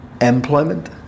employment